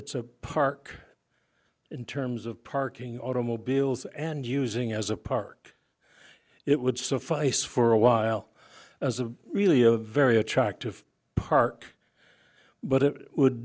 it's a park in terms of parking automobiles and using it as a park it would suffice for a while as a really a very attractive park but it would